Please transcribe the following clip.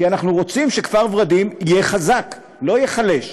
כי אנחנו רוצים שכפר ורדים יהיה חזק, לא ייחלש.